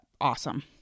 awesome